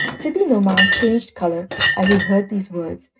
sidi-nouman changed colour as he heard these words,